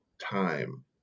time